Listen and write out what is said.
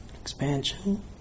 expansion